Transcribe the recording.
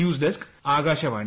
news desk Akashvani